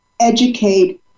educate